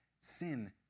Sin